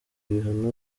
ibihano